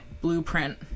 blueprint